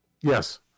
Yes